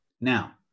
Now